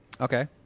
Okay